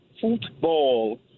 Football